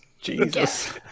Jesus